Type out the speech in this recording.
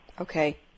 Okay